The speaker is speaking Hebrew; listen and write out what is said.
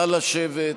נא לשבת.